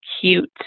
cute